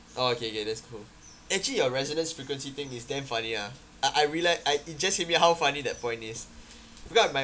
orh okay okay that's cool actually your resonance frequency thing is damn funny lah I I realize I it just hit me how funny that point is because I my